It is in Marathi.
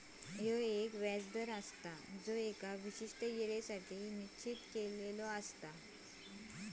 ह्यो एक व्याज दर आसा जो एका विशिष्ट येळेसाठी निश्चित केलो जाता